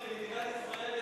למדינת ישראל,